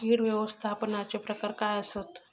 कीड व्यवस्थापनाचे प्रकार काय आसत?